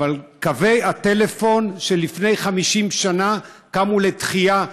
אבל קווי הטלפון של לפני 50 שנה קמו לתחייה,